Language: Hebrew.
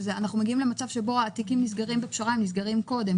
שאנחנו מגיעים למצב שבו התיקים נסגרים בפשרה הם נסגרים קודם,